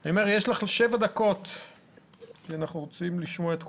כי אנחנו רוצים לשמוע את כולם.